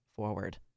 forward